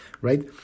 right